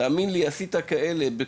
אז תאמין לי שזה יהיה נהדר.